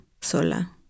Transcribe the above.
sola